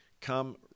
come